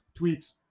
tweets